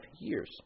years